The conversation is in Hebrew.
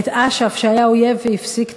את אש"ף, שהיה אויב והפסיק טרור.